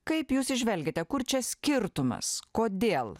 kaip jūs įžvelgiate kur čia skirtumas kodėl